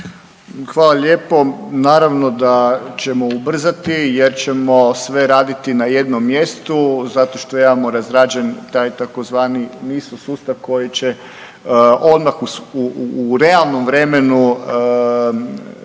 Hvala lijepo. Naravno da ćemo ubrzati jer ćemo sve raditi na jednom mjestu zato što imamo razrađen taj tzv. NISO sustav koji će odmah u realnom vremenu vidjeti